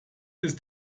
ist